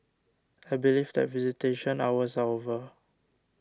I believe that visitation hours are over